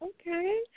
Okay